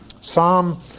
Psalm